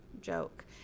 joke